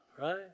Right